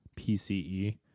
PCE